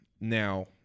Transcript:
now